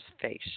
Face